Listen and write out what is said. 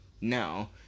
now